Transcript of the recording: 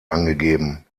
angegeben